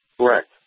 Correct